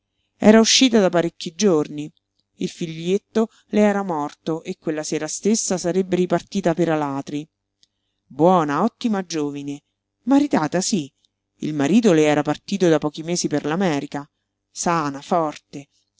era uscita da parecchi giorni il figlietto le era morto e quella sera stessa sarebbe ripartita per alatri buona ottima giovine maritata sí il marito le era partito da pochi mesi per l'america sana forte